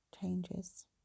changes